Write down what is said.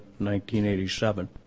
1987